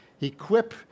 equip